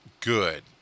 Good